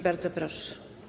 Bardzo proszę.